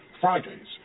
Fridays